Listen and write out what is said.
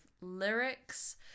lyrics